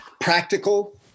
practical